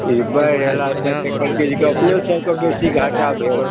ई बाढ़ि अयलासँ कहलकै जे कि अपनेसभके बेसी घाटा भेल